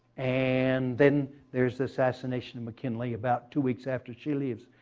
and then there is the assassination of mckinley about two weeks after she leaves.